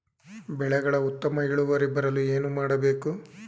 ಬೆಳೆಗಳ ಉತ್ತಮ ಇಳುವರಿ ಬರಲು ಏನು ಮಾಡಬೇಕು?